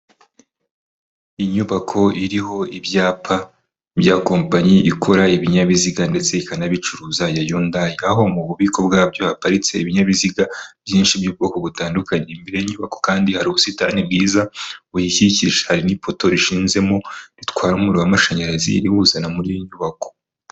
Inyubako iriho ibyapa bya kompanyi ikora ibinyabiziga ndetse ikanabicuruza ya Yundayi, aho mu bubiko bwabyo haparitse ibinyabiziga byinshi by'ubwoko butandukanye, imbere y'inyubako kandi hari ubusitani bwiza buyikikije, hari n'ipoto rishinzemo ritwara umuriro w'amashanyarazi riwuzana muri iyi nyubako.